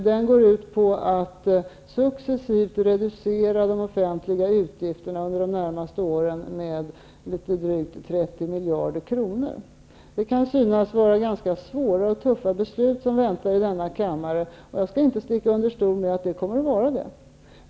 Den går ut på att successivt reducera de offentliga utgifterna under de närmaste åren med drygt 30 miljarder kronor. Det kan synas vara ganska svåra och tuffa beslut som väntar i denna kammare, och jag skall inte sticka under stol med att det kommer att vara det.